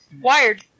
Wired